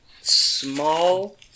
small